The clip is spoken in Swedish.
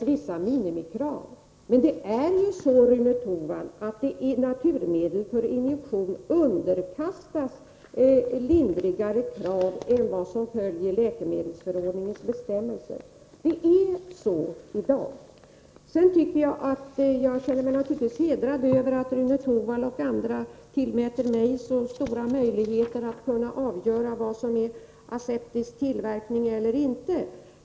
Det är så, Rune Torwald, att det ställs lindrigare krav på naturmedel för injektioner än vad som följer av läkemedelsförordningens bestämmelser. Så är det redan f.n. Jag känner mig naturligtvis hedrad över att Rune Torwald och andra tillmäter mig så stora möjligheter att avgöra vad som är aseptisk tillverkning eller inte.